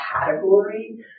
category